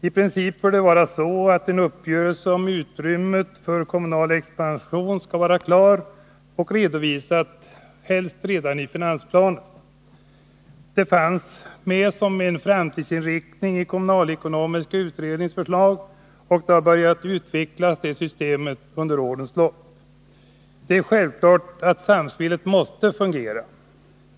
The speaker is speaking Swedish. I princip bör det vara så, att en uppgörelse om utrymmet för kommunal expansion skall vara klar och redovisad helst redan i finansplanen. Detta fanns med som en framtidsinriktning i kommunalekonomiska utredningens förslag, och systemet har börjat utvecklas under årens lopp. Det är självklart att samspelet måste fungera.